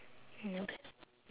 never